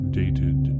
dated